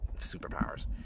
superpowers